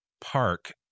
park